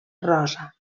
rosa